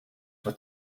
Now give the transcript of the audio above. were